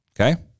Okay